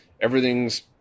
everything's